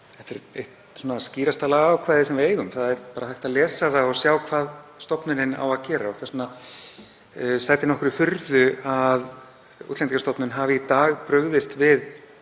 Þetta er eitt skýrasta lagaákvæði sem við eigum. Það er hægt að lesa og sjá hvað stofnunin á að gera. Þess vegna sætir nokkurri furðu að Útlendingastofnun hafi í dag brugðist við